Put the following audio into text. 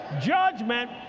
Judgment